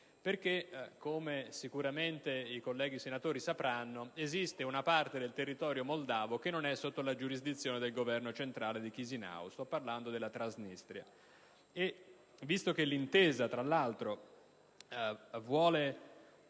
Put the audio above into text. Come sicuramente i colleghi senatori sapranno, esiste una parte del territorio moldavo che non è sotto la giurisdizione del Governo centrale di Chisinau: sto parlando della Transnistria.